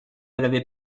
l’avaient